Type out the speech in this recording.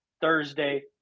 Thursday